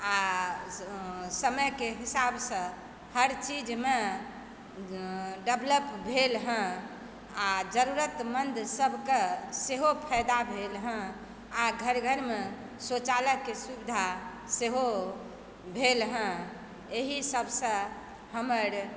आओर समयके हिसाबसँ हर चीजमे डेवेलप भेल हँ आओर जरूरतमन्द सबके सेहो फायदा भेल हँ आओर घर घरमे शौचालयके सुविधा सेहो भेल हँ एहि सबसँ हमर